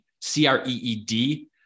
C-R-E-E-D